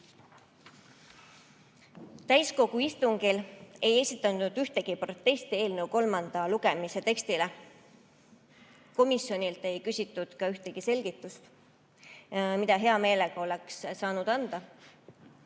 Täiskogu istungil ei esitatud ühtegi protesti eelnõu kolmanda lugemise teksti kohta. Komisjonilt ei küsitud ka ühtegi selgitust, mida oleksime hea meelega saanud anda.